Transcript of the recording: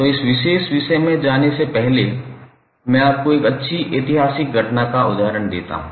तो इस विशेष विषय में जाने से पहले मैं आपको एक अच्छी ऐतिहासिक घटना का उदाहरण देता हूं